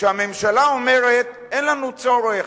כשהממשלה אומרת: אין לנו צורך,